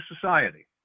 society